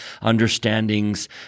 understandings